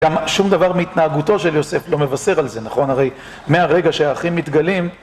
גם שום דבר מהתנהגותו של יוסף לא מבשר על זה, נכון? הרי מהרגע שהאחים מתגלים...